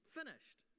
finished